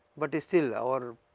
but still our,